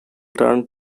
turned